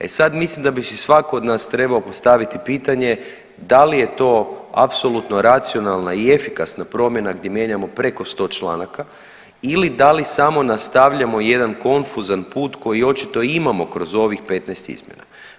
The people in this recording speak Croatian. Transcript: E sad mislim da bi si svako od nas trebao postaviti pitanje da li je to apsolutno racionalna i efikasna promjena gdje mijenjamo preko 100 članaka ili da li samo nastavljamo jedan konfuzan put koji očito imamo kroz ovih 15 izmjena.